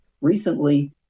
recently